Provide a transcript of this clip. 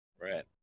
Right